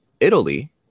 Italy